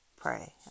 pray